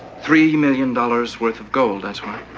three million dollars worth of gold, that's why.